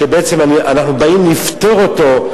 שבעצם אנחנו באים לפטור אותו,